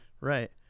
Right